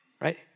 right